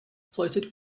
floated